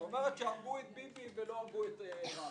שאומרת שהרגו את ביבי ולא הרגו את רבין,